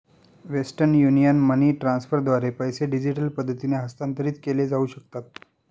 western Union money ट्रान्स्फरद्वारे पैसे digital पद्धतीने हस्तांतरित केले जाऊ शकतात